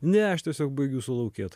ne aš tiesiog baigiu sulaukėt